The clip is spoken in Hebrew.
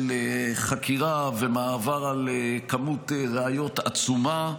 של חקירה ומעבר על כמות ראיות עצומה,